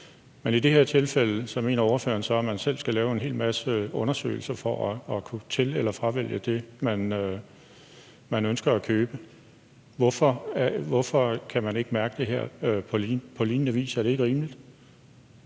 så i det her tilfælde, at man selv skal lave en hel masse undersøgelser for at kunne til- eller fravælge det, man ønsker at købe? Hvorfor kan man ikke mærke det her på lignende vis – er det ikke rimeligt?